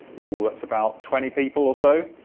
oh, that's about twenty people or so.